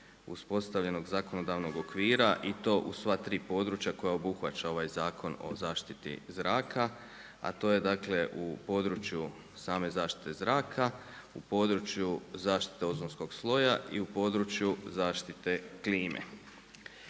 uspostavljenog zakonodavnog okvira i to u sva tri područja koja obuhvaća ovaj Zakon o zaštiti zraka, a to je u području same zaštite zraka, u području zaštite ozonskog sloja i u području zaštite klime.